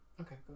Okay